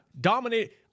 Dominate